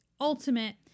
ultimate